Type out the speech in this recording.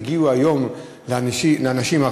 הגיעו היום לאנשים,